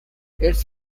its